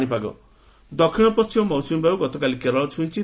ପାଣିପାଗ ଦକ୍ଷିଣ ପଣ୍ଟିମ ମୌସ୍ମୀ ବାୟୁ ଗତକାଲି କେରଳ ଛଇଁଛି